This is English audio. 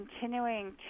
continuing